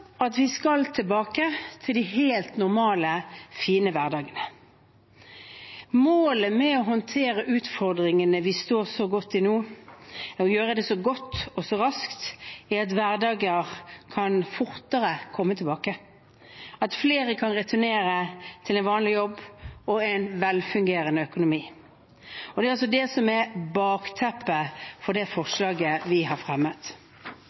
at vi skal tilbake til de helt normale, fine hverdagene. Målet med å håndtere utfordringene vi står så godt i nå, er å gjøre det så godt og raskt at hverdagene kan komme fortere tilbake, og at flere kan returnere til en vanlig jobb og en velfungerende økonomi. Det er altså det som er bakteppet for det forslaget vi har fremmet.